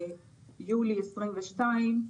יולי 2022,